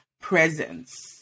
presence